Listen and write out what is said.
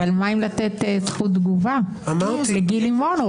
מה עם לתת זכות תגובה לגיל לימון?